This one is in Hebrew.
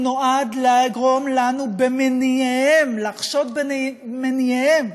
הוא נועד לגרום לנו לחשוד במניעיהם,